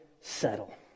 settle